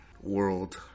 world